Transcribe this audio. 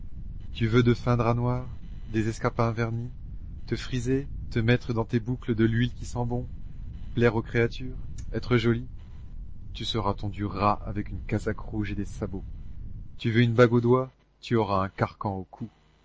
tu veux de fin drap noir des escarpins vernis te friser te mettre dans tes boucles de l'huile qui sent bon plaire aux créatures être joli tu seras tondu ras avec une casaque rouge et des sabots tu veux une bague au doigt tu auras un carcan au cou